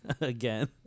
again